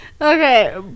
okay